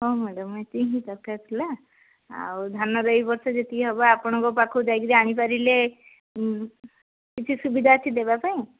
ହଁ ମ୍ୟାଡ଼ାମ ଏତିକି ହିଁ ଦରକାର ଥିଲା ଆଉ ଧାନ ଏଇ ବର୍ଷ ଯେତିକି ହବ ଆପଣଙ୍କ ପାଖକୁ ଯାଇକିରି ଆଣିପାରିଲେ କିଛି ସୁବିଧା ଅଛି ଦେବା ପାଇଁ